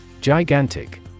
Gigantic